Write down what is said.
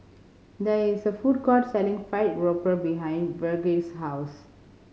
there is a food court selling fried grouper behind Virge's house